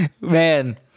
Man